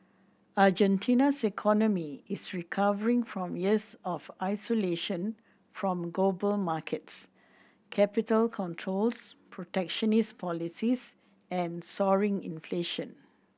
Argentina's economy is recovering from years of isolation from global markets capital controls protectionist policies and soaring inflation